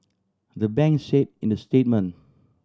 the banks said in the statement